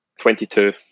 Twenty-two